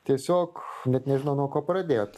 tiesiog net nežinau nuo ko pradėt